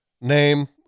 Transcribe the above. name